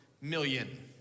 million